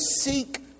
seek